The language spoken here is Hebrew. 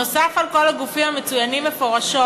נוסף על כל הגופים המצוינים מפורשות